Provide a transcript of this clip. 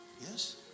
Yes